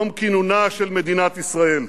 יום כינונה של מדינת ישראל.